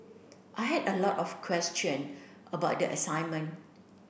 I had a lot of question about the assignment